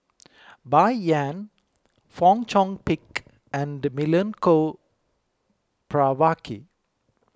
Bai Yan Fong Chong Pik and Milenko Prvacki